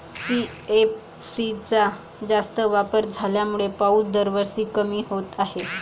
CFC चा जास्त वापर झाल्यामुळे पाऊस दरवर्षी कमी होत आहे